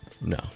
No